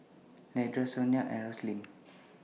Leandra Sonya and Roslyn